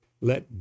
let